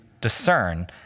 discern